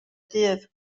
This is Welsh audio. dydd